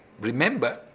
remember